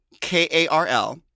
k-a-r-l